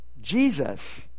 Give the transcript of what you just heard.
Jesus